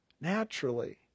Naturally